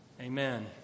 Amen